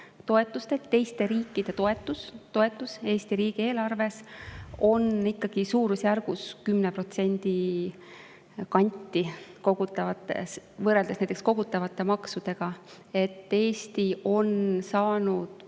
teiste riikide toetused Eesti riigieelarves on ikkagi suurusjärgus 10% võrreldes näiteks kogutavate maksudega. Eesti on saanud